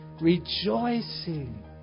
rejoicing